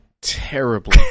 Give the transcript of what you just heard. terribly